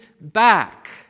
back